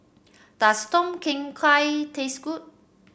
does Tom Kha Gai taste good